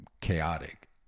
chaotic